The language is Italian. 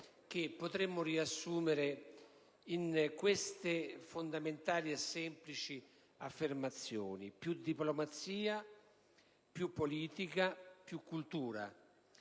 che potremmo riassumere in queste fondamentali e semplici affermazioni: più diplomazia, più politica, più cultura.